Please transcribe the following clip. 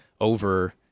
over